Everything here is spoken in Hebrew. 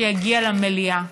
שיגיע למליאה,